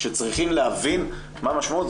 שצריכים להבין מה המשמעות.